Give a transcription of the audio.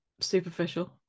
superficial